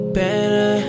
better